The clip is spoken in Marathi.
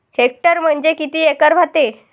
हेक्टर म्हणजे किती एकर व्हते?